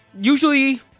usually